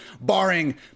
barring